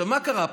מה קרה פה?